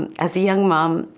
and as a young mom,